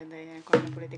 על ידי כל מיני פוליטיקאים.